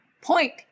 point